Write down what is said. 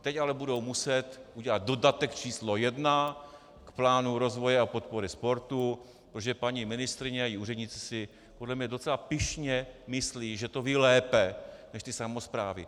Teď ale budou muset udělat dodatek číslo jedna k plánu rozvoje a podpory sportu, protože paní ministryně a úředníci si podle mě docela pyšně myslí, že to vědí lépe než ty samosprávy.